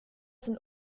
sind